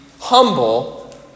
humble